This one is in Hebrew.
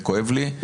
זה כואב לי.